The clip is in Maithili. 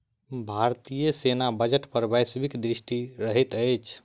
भारतीय सेना बजट पर वैश्विक दृष्टि रहैत अछि